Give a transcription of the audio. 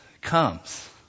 comes